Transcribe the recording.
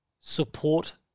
Support